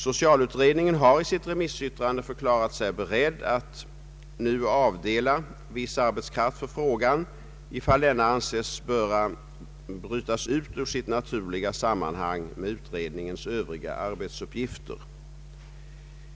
Socialutredningen har i sitt remissyttrande förklarat sig beredd att nu avdela viss arbetskraft för frågan, ifall denna anses böra brytas ur sitt naturliga sammanhang med utredningens övrig arbetsuppgifter.